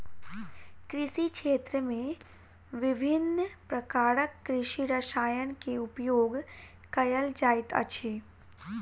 कृषि क्षेत्र में विभिन्न प्रकारक कृषि रसायन के उपयोग कयल जाइत अछि